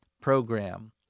Program